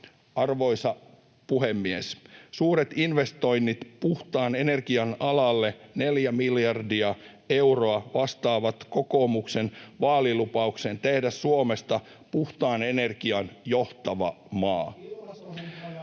Arvoisa puhemies! Suuret investoinnit puhtaan energian alalle, neljä miljardia euroa, vastaavat kokoomuksen vaalilupaukseen tehdä Suomesta puhtaan energian johtava maa. [Tuomas